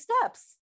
steps